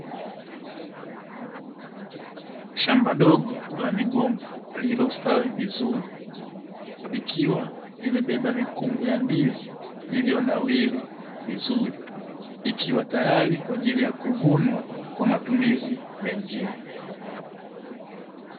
Shamba dogo la migomba lililostawi vizuri likiwa limebeba mikungu ya ndizi iliyonawiri vizuri, ikiwa tayari kwa ajili ya kuvunwa kwa matumizi mengine.